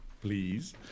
please